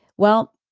well,